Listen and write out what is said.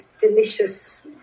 delicious